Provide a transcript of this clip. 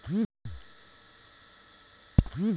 Online हम आपन पैसा एक बैंक से दूसरे बैंक में कईसे भेज सकीला?